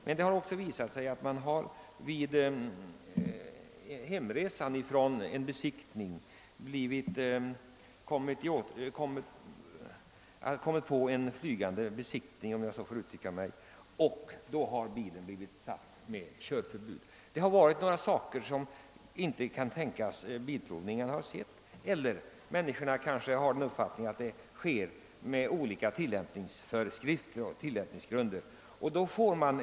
Men det har ocksä visat sig att personer under färden hem från en kontrollbesiktning blivit föremål för flygande besiktning av sin bil och då fått körförbud för denna utan dylikt akut fel. Det kan ju vara fråga om fel som Bilprovningen inte upptäckt. men fordonsägarna kan även få den uppfattningen att tillämpningen av provningsbestämmelserna inte är densamma i de båda fallen.